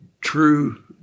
true